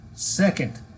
Second